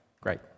Great